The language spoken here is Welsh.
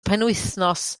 penwythnos